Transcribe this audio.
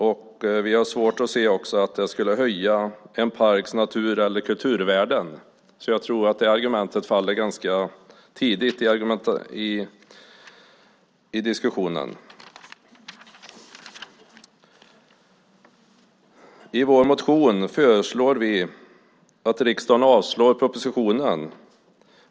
Vi har också svårt att se att det skulle höja en parks natur eller kulturvärden. Jag tror att det argumentet faller ganska tidigt i diskussionen. I vår motion föreslår vi att riksdagen avslår propositionen.